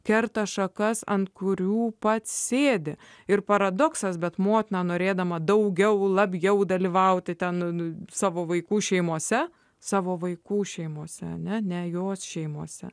kerta šakas ant kurių pats sėdi ir paradoksas bet motina norėdama daugiau labiau dalyvauti ten savo vaikų šeimose savo vaikų šeimose ne jos šeimose